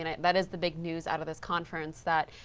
and that is the big news out of this conference that